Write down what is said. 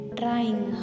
trying